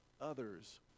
others